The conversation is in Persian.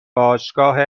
باشگاه